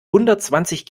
hundertzwanzig